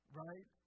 right